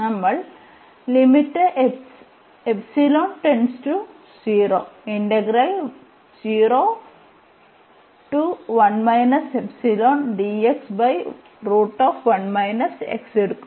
നമ്മൾ എടുക്കും